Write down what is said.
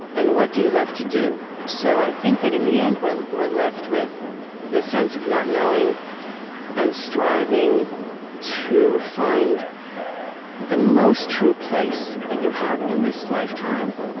and what do you love to do? so i think that in the end we're we're left with this sense of not knowing and striving to find the most-true place that you have in this lifetime,